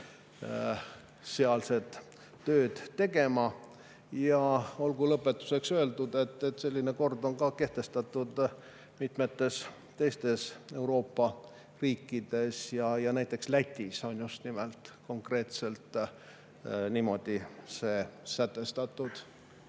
sealset tööd tegema. Ja olgu lõpetuseks öeldud, et selline kord on kehtestatud ka mitmetes teistes Euroopa riikides. Näiteks Lätis on just nimelt niimoodi see sätestatud.